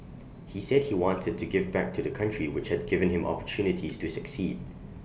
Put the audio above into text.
he said he wanted to give back to the country which had given him opportunities to succeed